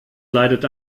leidet